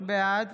בעד